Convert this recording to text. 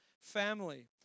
family